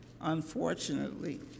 unfortunately